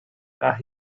that